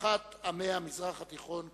לרווחת עמי המזרח התיכון כולם.